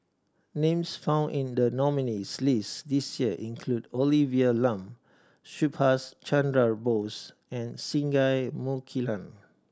names found in the nominees' list this year include Olivia Lum Subhas Chandra Bose and Singai Mukilan